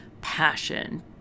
passion